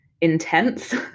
intense